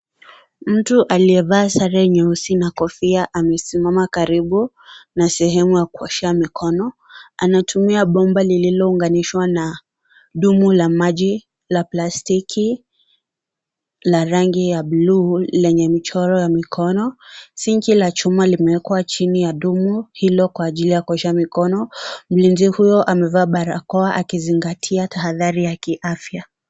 Mtu aliyevaa sare nyusi na kofia amesimama karibu na sehemu ya kuwasha mikono. Anatumia bomba lililounganishwa na dumu la maji la plastiki la rangi ya bluu, lenye mchoro ya mikono sinki la chuma limeekwa chini ya dumu hilo kwa ajili ya kuosha mikono. Mlinzi huyo amevaa barakoa akizingatia tahadhari ya kiafya.